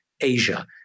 Asia